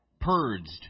purged